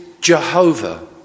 Jehovah